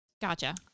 Gotcha